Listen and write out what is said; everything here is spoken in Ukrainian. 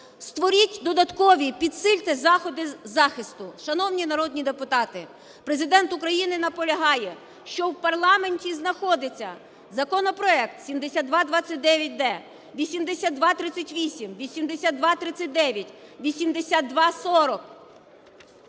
"Створіть додаткові, підсильте заходи захисту". Шановні народні депутати, Президент України наполягає, що в парламенті знаходиться законопроект 7229-д, 8238, 8239, 8240,